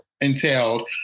entailed